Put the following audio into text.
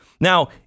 Now